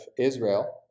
Israel